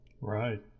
Right